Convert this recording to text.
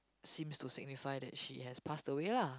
seems to signify that she has passed away lah